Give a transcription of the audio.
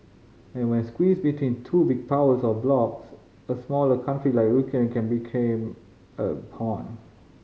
and when squeezed between two big powers or blocs a smaller country like Ukraine can became a pawn